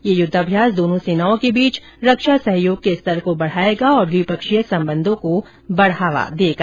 ये युद्धाभ्यास दोनों सेनाओं के बीच रक्षा सहयोग के स्तर को बढ़ाएगा और द्विपक्षीय संबंधों को बढ़ावा देगा